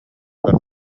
бэрт